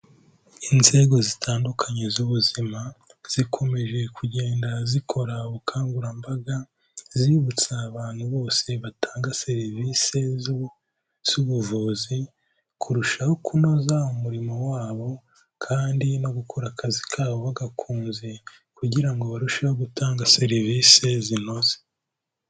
Inzego zitandukanye z'ubuzima zikomeje kugenda zikora ubukangurambaga zibutsa abantu bose batanga serivisi z'ubuvuzi, kurushaho kunoza umurimo wabo kandi no gukora akazi kabo bagakunze kugira ngo barusheho gutanga serivisi zinoze.